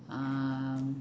um